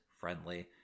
friendly